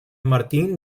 martín